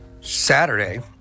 Saturday